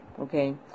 okay